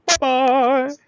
Bye